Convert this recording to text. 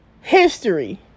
history